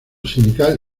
sindical